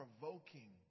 provoking